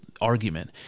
argument